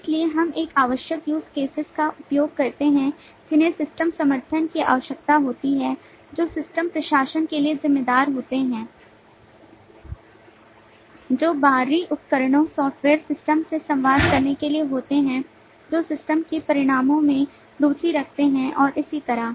इसलिए हम एक आवश्यक use cases का उपयोग करते हैं जिन्हें सिस्टम समर्थन की आवश्यकता होती है जो सिस्टम प्रशासन के लिए जिम्मेदार होते हैं जो बाहरी उपकरणों सॉफ्टवेयर सिस्टम से संवाद करने के लिए होते हैं जो सिस्टम के परिणामों में रुचि रखते हैं और इसी तरह